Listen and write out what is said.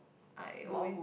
I always